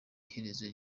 iherezo